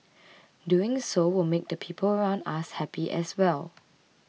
doing so will make the people around us happy as well